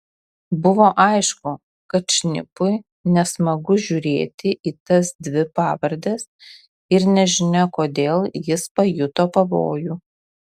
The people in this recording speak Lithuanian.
buvo aišku kad šnipui nesmagu žiūrėti į tas dvi pavardes ir nežinia kodėl jis pajuto pavojų